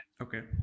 Okay